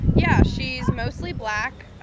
yeah. she's mostly black.